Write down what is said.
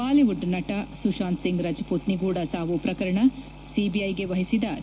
Bollywood ನಟ ಸುಶಾಂತ್ ಸಿಂಗ್ ರಜಪೂತ್ ನಿಗೂಢ ಸಾವು ಪ್ರಕರಣ ಸಿಬಿಐಗೆ ವಹಿಸಿದ ಹಿ